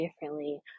differently